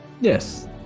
Yes